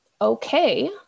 okay